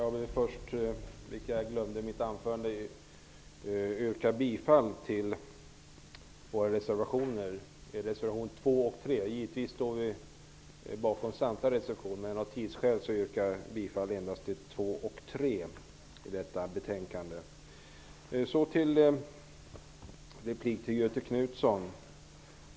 Herr talman! Först yrkar jag bifall till våra reservationer 2 och 3 i betänkandet. Jag glömde nämligen att göra det i mitt huvudanförande. Givetvis står vi bakom samtliga våra reservationer. Av tidsskäl yrkar jag dock bifall, som sagt, endast till nyss nämnda reservationer.